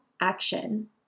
action